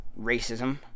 racism